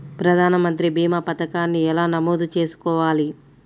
ప్రధాన మంత్రి భీమా పతకాన్ని ఎలా నమోదు చేసుకోవాలి?